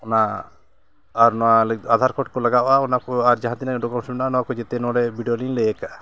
ᱚᱱᱟ ᱟᱨ ᱱᱚᱣᱟ ᱟᱫᱷᱟᱨ ᱠᱳᱰ ᱠᱚ ᱞᱟᱜᱟᱜᱼᱟ ᱚᱱᱟ ᱠᱚ ᱟᱨ ᱡᱟᱦᱟᱸ ᱛᱤᱱᱟᱹᱜ ᱰᱚᱠᱩᱢᱮᱱᱥ ᱢᱮᱱᱟᱜᱼᱟ ᱱᱚᱣᱟ ᱠᱚ ᱡᱚᱛᱚ ᱱᱚᱰᱮ ᱵᱷᱤᱰᱭᱳ ᱞᱤᱧ ᱞᱟᱹᱭ ᱟᱠᱟᱫᱼᱟ